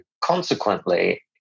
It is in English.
consequently